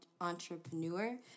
entrepreneur